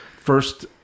First